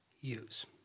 use